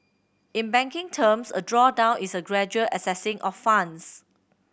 in banking terms a drawdown is a gradual accessing of funds